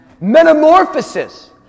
Metamorphosis